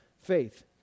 faith